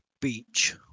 beach